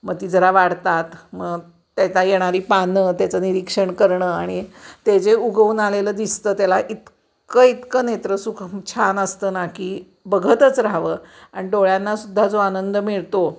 मग ती जरा वाढतात मग त्याचातून येणारी पानं त्याचं निरीक्षण करणं आणि ते जे उगवून आलेलं दिसतं त्याला इतकं इतकं नेत्रसुख छान असतं ना की बघतच राहावं आणि डोळ्यांनासुद्धा जो आनंद मिळतो